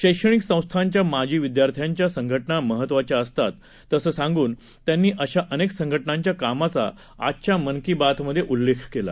शैक्षणिक संस्थांच्या माजी विदयार्थ्यांच्या संघटना महत्वाच्या असतात असं सांगन त्यांनी अशा अनेक संघटनांच्या कामाचा आजच्या मन की बातमधे उल्लेख केला